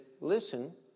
listen